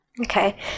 Okay